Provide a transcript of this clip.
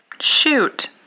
Shoot